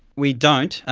we don't.